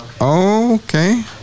Okay